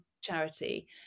charity